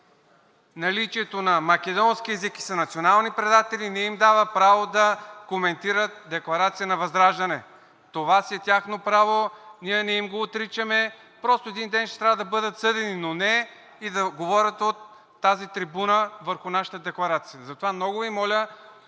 наличието на македонски език и са национални предатели, не им дава право да коментират декларация на ВЪЗРАЖДАНЕ. Това си е тяхно право, ние не им го отричаме, просто един ден ще трябва да бъдат съдени, но не и да говорят от тази трибуна върху нашите декларации. Затова много Ви моля